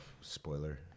spoiler